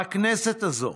הכנסת הזאת